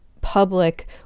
public